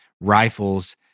rifles